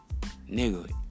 Nigga